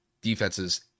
defenses